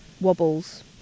wobbles